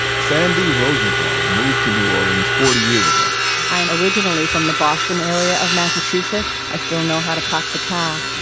sandy rosenthal moved to new orleans forty years ago i am originally from the boston area of massachusetts. i still know how to park the car